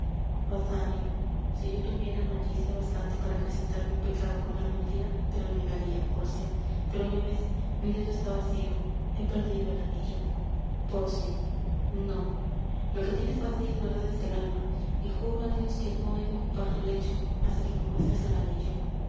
si yo tuviera malicia bastante para acrecentar mi pecado con la mentira te lo negaria pórcia pero ya ves mi dedo está vacío he perdido el anillo pórcia no lo que tienes vacía de verdad es el alma y juro á dios que no he de ocupar tu lecho hasta que me muestres el anillo